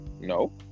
No